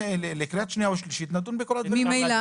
לקראת קריאה שנייה ושלישית נדון בכל הדברים.